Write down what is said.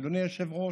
אדוני היושב-ראש,